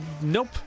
Nope